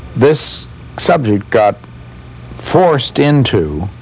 this subject got forced into